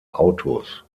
autos